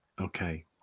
Okay